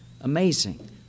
Amazing